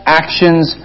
actions